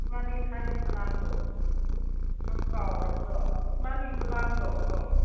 ꯏꯕꯥꯅꯤꯒꯤ ꯊꯥꯏꯅꯩ ꯈꯨꯂꯥꯡꯗꯣ ꯅꯪ ꯀꯥꯎꯈ꯭ꯔꯕꯣ ꯑꯗꯣ ꯏꯕꯥꯅꯤꯒꯤ ꯈꯨꯂꯥꯡꯗꯣ ꯑꯣ